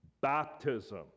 baptism